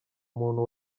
umuntu